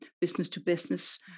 business-to-business